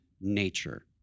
nature